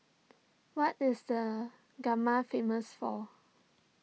what is the famous for